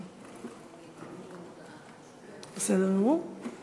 ההצעה להעביר את הנושא לוועדת